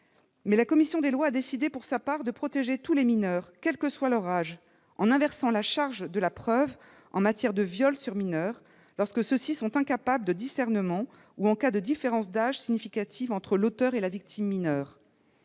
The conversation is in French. que la commission des lois a décidé, pour sa part, de protéger tous les mineurs, quel que soit leur âge, en inversant la charge de la preuve en matière de viol sur mineurs, lorsque ceux-ci sont incapables de discernement, ou en cas de différence d'âge significative entre l'auteur et la victime mineure.